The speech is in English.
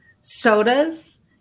Sodas